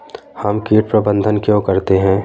हम कीट प्रबंधन क्यों करते हैं?